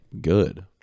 good